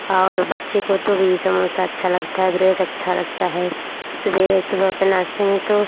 और बच्चों को तो भी समोसा अच्छा लगता है ब्रेड अच्छा लगता है सवेरे सुबह के नाश्ते में तो